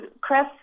Chris